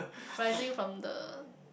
rising from the